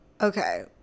okay